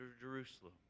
Jerusalem